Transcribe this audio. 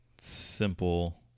simple